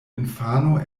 infano